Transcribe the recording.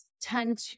tend